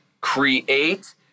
create